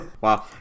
Wow